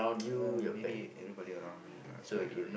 uh maybe everybody around me lah so I can